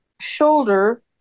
shoulder